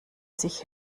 sich